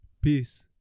peace